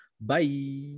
Bye